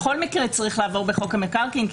בכל מקרה צריך לעבור בחוק המקרקעין,